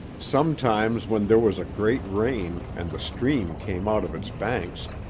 sometimes when there was a great rain, and the stream came out of its banks,